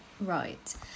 Right